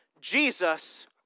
Jesus